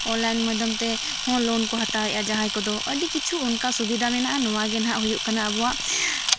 online ᱢᱟᱫᱽᱫᱷᱚᱢ ᱛᱮ ᱦᱚᱸ ᱦᱳᱢ ᱞᱳᱱ ᱠᱚ ᱦᱟᱛᱟᱣᱮᱜᱼᱟ ᱡᱟᱦᱟᱸᱭ ᱠᱚᱫᱚ ᱟᱹᱰᱤ ᱠᱤᱪᱷᱩ ᱚᱱᱠᱟ ᱥᱵᱤᱫᱷᱟ ᱢᱮᱱᱟᱜᱼᱟ ᱱᱚᱣᱟᱜᱮ ᱦᱟᱸᱜ ᱦᱩᱭᱩᱜ ᱠᱟᱱᱟ ᱟᱵᱚᱣᱟᱜ